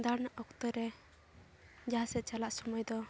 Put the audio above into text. ᱫᱟᱬᱟᱱ ᱚᱠᱛᱚ ᱨᱮ ᱡᱟᱦᱟᱸ ᱥᱮᱫ ᱪᱟᱞᱟᱜ ᱥᱳᱢᱚᱭ ᱫᱚ